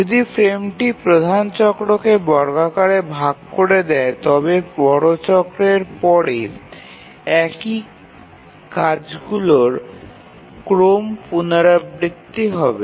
যদি ফ্রেমটি প্রধান চক্রকে বর্গাকারে ভাগ করে দেয় তবে বড় চক্রের পরে একই কাজগুলির ক্রম পুনরাবৃত্তি হবে